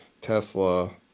Tesla